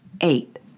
Eight